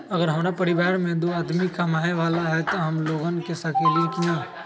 अगर हमरा परिवार में दो आदमी कमाये वाला है त हम लोन ले सकेली की न?